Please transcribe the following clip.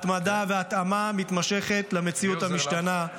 התמדה והתאמה מתמשכת למציאות המשתנה.